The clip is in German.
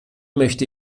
möchte